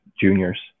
juniors